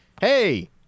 hey